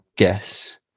Guess